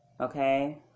okay